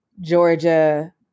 Georgia